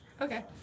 Okay